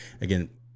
again